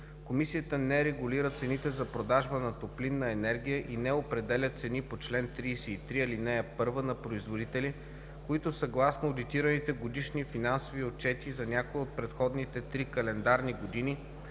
Комисията не регулира цените за продажба на топлинна енергия и не определя цени по чл. 33, ал. 1 на производители, които съгласно одитираните годишни финансови отчети за някоя от предходните три календарни години